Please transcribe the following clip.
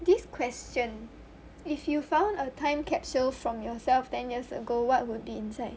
this question if you found a time capsule from yourself ten years ago what would be inside